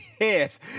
yes